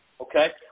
Okay